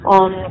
on